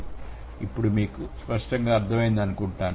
ఇది ఇప్పుడు మీకు స్పష్టంగా ఉందా